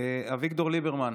אביגדור ליברמן,